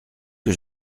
que